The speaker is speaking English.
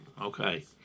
Okay